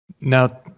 Now